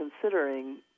considering